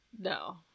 No